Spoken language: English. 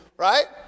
Right